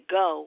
go